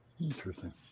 Interesting